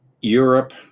Europe